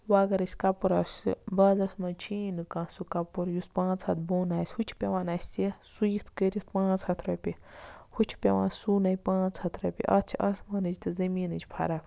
ووٚں اَگر أسۍ کَپُر آسہِ بازرَس منٛز چھُ یی نہٕ کانہہ سُہ کَپُر یُس پانٛژھ ہَتھ بۄن آسہِ ہُہ چھُ پیوان اَسہِ سُوِتھ کٔرِتھ پانٛژھ ہَتھ رۄپیہِ ہُہ چھُ پیوان سُونَے پانٛژھ ہَتھ رۄپیہِ اَتھ چھِ آسمانٕچ تہٕ زٔمیٖنٕچ فرق